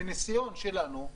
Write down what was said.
מניסיון שלנו,